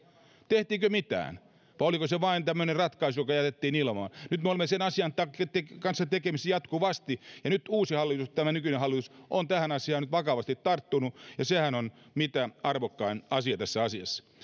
tehtiinkö mitään vai oliko se vain tämmöinen ratkaisu joka jätettiin ilmaan nyt me olemme sen asian kanssa tekemisissä jatkuvasti ja nyt uusi hallitus tämä nykyinen hallitus on tähän asiaan vakavasti tarttunut ja sehän on mitä arvokkain asia tässä asiassa